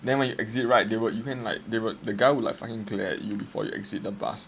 then when you exit right they will you can like they will like the guy will fucking glare at you before you exit the bus